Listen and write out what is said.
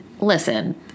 listen